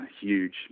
huge